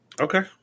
Okay